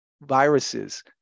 viruses